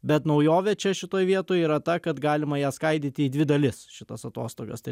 bet naujovė čia šitoj vietoj yra ta kad galima ją skaidyti į dvi dalis šitas atostogos tai